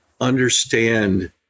understand